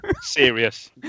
Serious